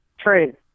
True